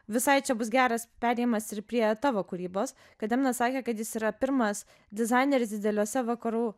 visai čia bus geras perėjimas ir prie tavo kūrybos kad demonas sakė kad jis yra pirmas dizaineris dideliuose vakarų